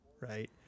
Right